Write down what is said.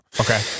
Okay